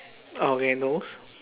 okay nose